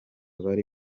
bari